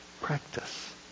practice